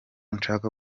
nshaka